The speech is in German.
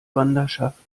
wanderschaft